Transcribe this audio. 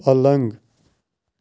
پلنٛگ